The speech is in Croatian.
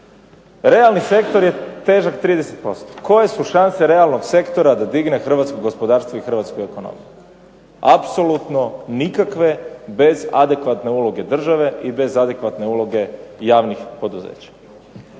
Realni sektor je težak 30%. Koje su šanse realnog sektora da digne hrvatsko gospodarstvo i hrvatsku ekonomiju? Apsolutno nikakve bez adekvatne uloge države i bez adekvatne uloge javnih poduzeća.